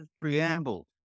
preamble